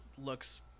looks